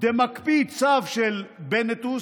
דמקפיא צו של בנטוס,